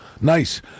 Nice